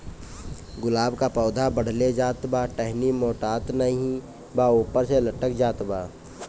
गुलाब क पौधा बढ़ले जात बा टहनी मोटात नाहीं बा ऊपर से लटक जात बा?